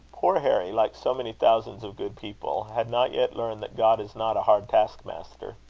poor harry, like so many thousands of good people, had not yet learned that god is not a hard task-master.